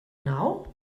nou